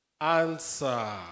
answer